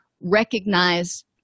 recognize